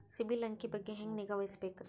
ಸಿಬಿಲ್ ಅಂಕಿ ಬಗ್ಗೆ ಹೆಂಗ್ ನಿಗಾವಹಿಸಬೇಕು?